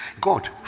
God